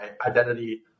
identity